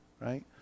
Right